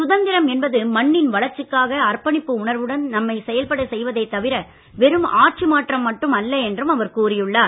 சுதந்திரம் என்பது மண்ணின் வளர்ச்சிக்காக அர்ப்பணிப்பு உணர்வுடன் நம்மை செயல்படச் செய்வதே தவிர வெறும் ஆட்சி மாற்றம் மட்டும் அல்ல என்றும் அவர் கூறியுள்ளார்